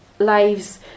Lives